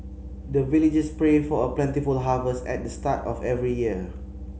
the villagers pray for a plentiful harvest at the start of every year